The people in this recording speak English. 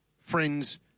friends